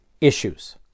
issues